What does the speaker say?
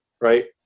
right